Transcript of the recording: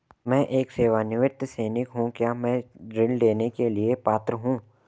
मैं एक सेवानिवृत्त सैनिक हूँ क्या मैं ऋण लेने के लिए पात्र हूँ?